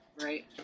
Right